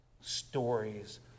stories